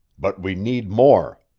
but we need more.